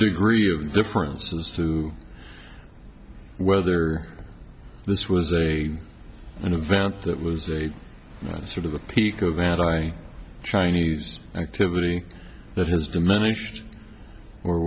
degree of indifference as to whether this was a an event that was the sort of the peak of anti chinese activity that has diminished or